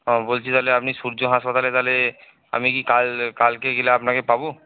ও বলছি তাহলে আপনি সূর্য হাসপাতালে তাহলে আমি কি কাল কালকে গেলে আপনাকে পাবো